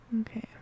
Okay